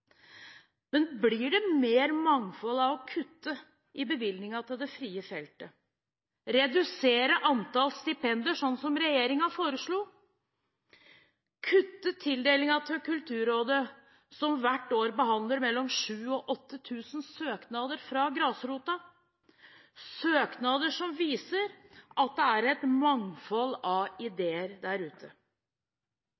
Men blir det mer mangfold av å kutte i bevilgningene til det frie feltet, redusere antall stipender, sånn som regjeringen foreslo, kutte i tildelingen til Kulturrådet, som hvert år behandler mellom 7 000 og 8 000 søknader fra grasrota, søknader som viser at det er et mangfold av